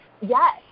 yes